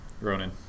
Ronan